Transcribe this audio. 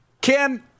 Ken